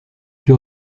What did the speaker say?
que